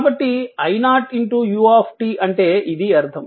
కాబట్టి i0u అంటే ఇది అర్థం